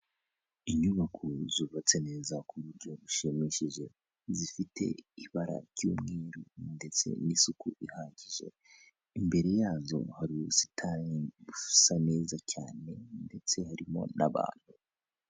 Inyubako zubatse neza ku buryo bushimishije, zifite ibara ry'umweru ndetse n'isuku ihagije, imbere yazo hari ubusitani busa neza cyane ndetse harimo n'abantu.